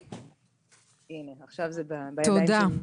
שלום ליושבי-ראש.